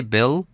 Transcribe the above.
Bill